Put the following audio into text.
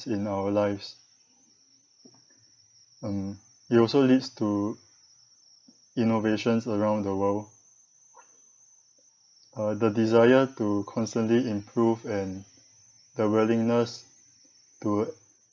in our lives and it also leads to innovations around the world uh the desire to constantly improve and the willingness to